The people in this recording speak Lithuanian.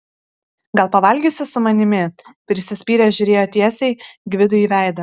gal pavalgysi su manimi prisispyręs žiūrėjo tiesiai gvidui į veidą